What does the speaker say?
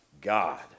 God